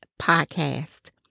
podcast